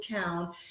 town